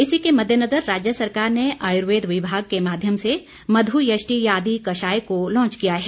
इसी के मद्देनज़र राज्य सरकार ने आयुर्वेद विभाग के माध्यम से मध्यष्टियादि कषाय को लाँच किया है